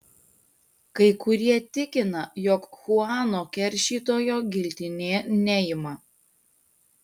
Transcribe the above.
kai kurie tikina jog chuano keršytojo giltinė neima